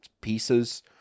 pieces